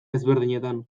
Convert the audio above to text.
ezberdinetan